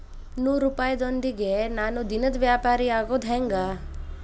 ನೂರುಪಾಯದೊಂದಿಗೆ ನಾನು ದಿನದ ವ್ಯಾಪಾರಿಯಾಗೊದ ಹೆಂಗ?